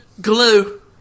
glue